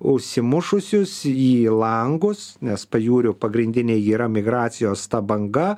užsimušusius jį langus nes pajūriu pagrindinė yra migracijos ta banga